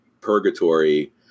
purgatory